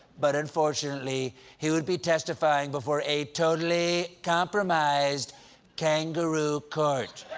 but, unfortunately, he would be testifying before a totally compromised kangaroo court.